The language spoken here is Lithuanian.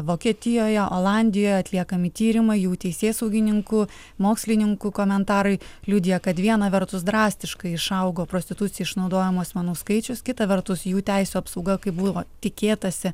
vokietijoje olandijoje atliekami tyrimą jau teisėsaugininkų mokslininkų komentarai liudija kad viena vertus drastiškai išaugo prostitucija išnaudojamų asmenų skaičius kita vertus jų teisių apsauga kaip buvo tikėtasi